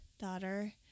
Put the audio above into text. daughter